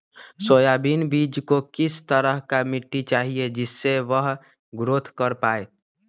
Soybean बीज को किस तरह का मिट्टी चाहिए जिससे वह ग्रोथ कर पाए?